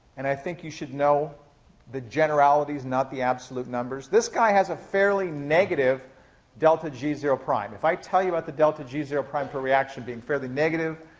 and i think you should know the generalities, not the absolute numbers. this guy has a fairly negative delta g zero prime. if i tell you about the delta g zero prime for a reaction being fairly negative,